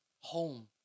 home